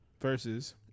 versus